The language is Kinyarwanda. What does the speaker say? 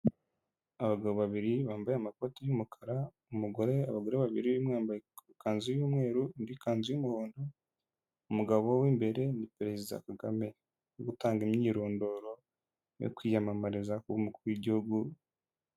Abagabo babiri bambaye amakoti y'umukara, abagore babiri, umwe yambaye ikanzu y'umweru, undi ikanzu y'umuhondo. Umugabo w'imbere ni perezida Kagame ari gutanga imyirondoro yo kwiyamamariza kuba umukuru w'igihugu.